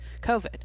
COVID